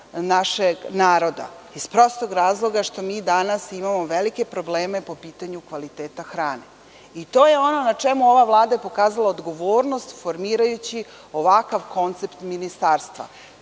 našeg naroda iz prostog razloga što danas imamo velike probleme po pitanju kvaliteta hrane. To je ono na čemu je ova Vlada pokazala odgovornost formirajući ovakav koncept ministarstva.